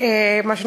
מה שנקרא,